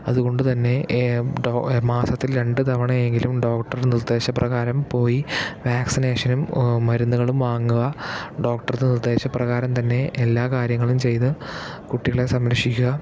അതുകൊണ്ട് തന്നെ മാസത്തിൽ രണ്ടു തവണെയെങ്കിലും ഡോക്ടറുടെ നിർദ്ദേശപ്രകാരം പോയി വാക്സിനേഷനും മരുന്നുകളും വാങ്ങുക ഡോക്ടറുടെ നിർദ്ദേശപ്രകാരം തന്നെ എല്ലാ കാര്യങ്ങളും ചെയ്ത് കുട്ടികളെ സംരക്ഷിക്കുക